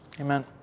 Amen